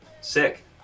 sick